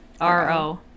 R-O